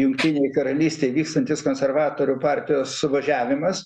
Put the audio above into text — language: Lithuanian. jungtinėj karalystėj vystantis konservatorių partijos suvažiavimas